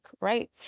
right